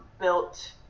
built